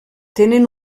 tenen